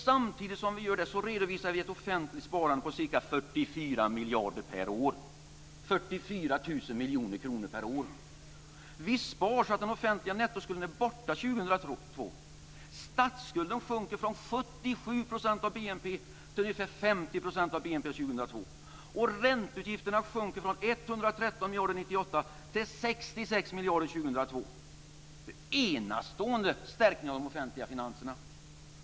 Samtidigt som vi gör det redovisar vi ett offentligt sparande på ca 44 miljarder per år - 44 000 miljoner kronor per år. Vi sparar så att den offentliga nettoskulden är borta år 2002. Statsskulden sjunker från 77 % av BNP till ungefär 50 % av BNP 2002. Och ränteutgifterna sjunker från 113 miljarder 1998 till 66 miljarder 2002. Det är en enastående stärkning av de offentliga finanserna.